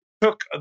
Took